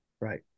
Right